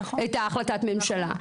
את החלטת הממשלה.